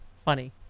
funny